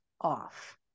off